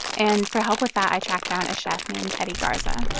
and for help with that, i tracked down a chef named eddie garza